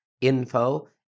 info